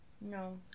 No